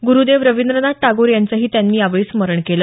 गुरुदेव रविंद्रनाथ टागोर यांचंही त्यांनी यावेळी स्मरण केलं